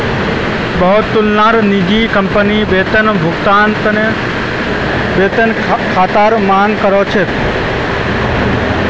बहुतला निजी कंपनी वेतन भुगतानेर त न वेतन खातार मांग कर छेक